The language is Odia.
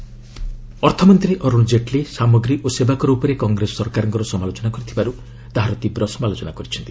ଜେଟଲୀ କଂଗ୍ରେସ ଅର୍ଥମନ୍ତ୍ରୀ ଅରୁଣ ଜେଟଲୀ ସାମଗ୍ରୀ ଓ ସେବା କର ଉପରେ କଂଗ୍ରେସ ସରକାରଙ୍କର ସମାଲୋଚନା କରିଥିବାରୁ ତାହାର ତୀବ୍ର ସମାଲୋଚନା କରିଛନ୍ତି